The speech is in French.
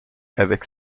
avec